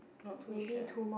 not too sure